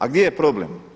A gdje je problem?